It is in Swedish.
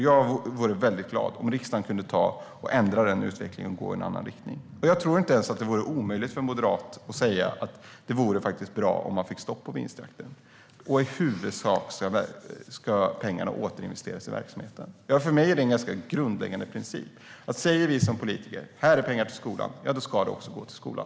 Jag vore väldigt glad om riksdagen kunde ändra den utvecklingen och gå i en annan riktning. Jag tror inte att vore omöjligt ens för en moderat att säga att det vore bra om man fick stopp på vinstjakten och att pengarna i huvudsak ska återinvesteras i verksamheten. För mig är det en ganska grundläggande princip - säger vi som politiker att det här är pengar till skolan, då ska de också gå till skolan.